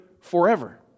forever